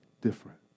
different